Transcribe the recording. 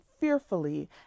fearfully